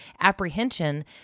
apprehension